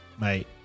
Mate